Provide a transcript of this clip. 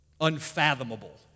unfathomable